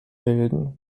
bilden